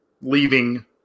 leaving